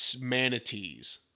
manatees